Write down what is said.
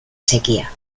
sequía